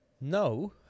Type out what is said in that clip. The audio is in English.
No